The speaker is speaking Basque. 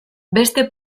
beste